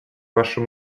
вашу